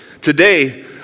today